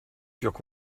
furent